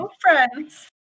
friends